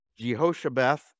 Jehoshabeth